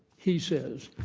he says,